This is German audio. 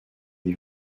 die